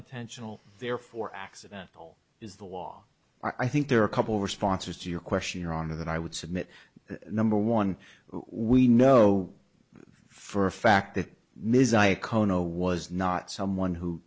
intentional therefore accidental is the law i think there are a couple of responses to your question your honor that i would submit number one we know for a fact that ms iacono was not someone who